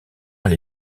elle